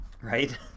Right